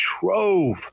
trove